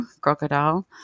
crocodile